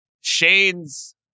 Shane's